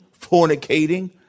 fornicating